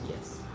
Yes